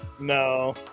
No